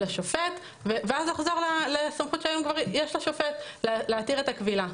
לשופט ואז זה חוזר לסמכות שהיום כבר יש לשופט להתיר את הכבילה.